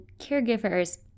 caregivers